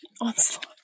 Onslaught